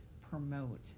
promote